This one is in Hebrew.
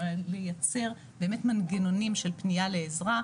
אלא לייצר באמת מנגנונים של פנייה לעזרה,